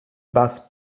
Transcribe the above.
bus